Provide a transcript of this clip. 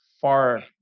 far